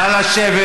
בוא, אני אקח אותך.